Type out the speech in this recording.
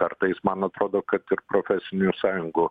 kartais man atrodo kad ir profesinių sąjungų